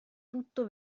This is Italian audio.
tutto